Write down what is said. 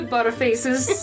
Butterfaces